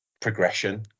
progression